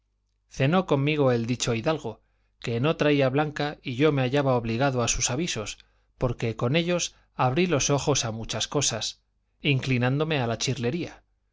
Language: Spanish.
cenó conmigo el dicho hidalgo que no traía blanca y yo me hallaba obligado a sus avisos porque con ellos abrí los ojos a muchas cosas inclinándome a la chirlería